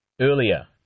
earlier